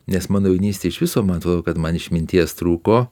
nes mano jaunystėj iš viso man atrodo kad man išminties trūko